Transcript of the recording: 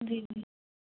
जी